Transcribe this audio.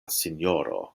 sinjoro